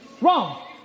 Wrong